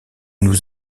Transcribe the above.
nous